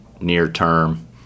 near-term